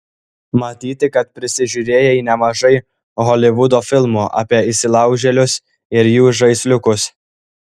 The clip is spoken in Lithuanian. matyti kad prisižiūrėjai nemažai holivudo filmų apie įsilaužėlius ir jų žaisliukus